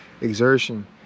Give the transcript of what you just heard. exertion